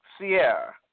Sierra